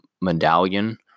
medallion